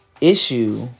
issue